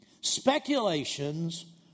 speculations